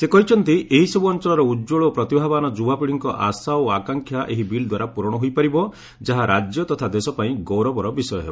ସେ କହିଛନ୍ତି ଏହିସବୁ ଅଞ୍ଚଳର ଉଜ୍ୱଳ ଏବଂ ପ୍ରତିଭାବାନ ଯୁବାପିଢ଼ିଙ୍କ ଆଶା ଓ ଆକାଂକ୍ଷା ଏହି ବିଲ୍ ଦ୍ୱାରା ପୂରଣ ହୋଇପାରିବ ଯାହା ରାଜ୍ୟ ତଥା ଦେଶ ପାଇଁ ଗୌରବର ବିଷୟ ହେବ